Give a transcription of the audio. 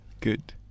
Good